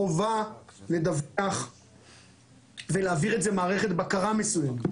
חובה לדווח ולהעביר מערכת בקרה מסוימת.